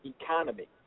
Economy